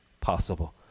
possible